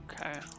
Okay